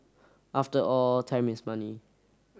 after all time is money